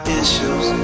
issues